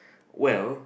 well